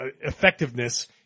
effectiveness